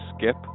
skip